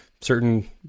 certain